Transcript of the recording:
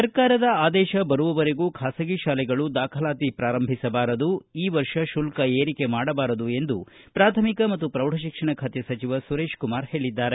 ಸರ್ಕಾರದ ಆದೇಶ ಬರುವವರೆಗೂ ಖಾಸಗಿ ಶಾಲೆಗಳು ದಾಖಲಾತಿ ಪ್ರಾರಂಭಿಸಬಾರದು ಈ ವರ್ಷ ಶುಲ್ತ ಏರಿಕೆ ಮಾಡಬಾರದು ಎಂದು ಪ್ರಾಥಮಿಕ ಮತ್ತು ಪ್ರೌಢಶಿಕ್ಷಣ ಖಾತೆ ಸಚಿವ ಸುರೇಶಕುಮಾರ್ ಹೇಳಿದ್ದಾರೆ